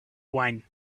one